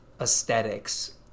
aesthetics